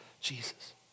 Jesus